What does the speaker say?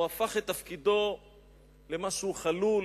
הוא הפך את תפקידו למשהו חלול,